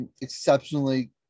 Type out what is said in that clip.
exceptionally